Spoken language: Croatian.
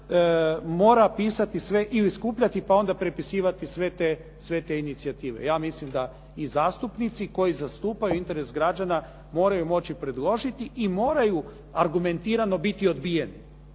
mora pisati sve ili skupljati pa onda prepisivati sve te inicijative. Ja mislim da i zastupnici koji zastupaju interes građana moraju moći predložiti i moraju argumentirano biti odbijeni.